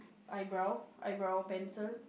eyebrow eyebrow pencils